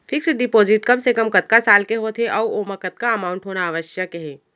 Fix deposit कम से कम कतका साल के होथे ऊ ओमा कतका अमाउंट होना आवश्यक हे?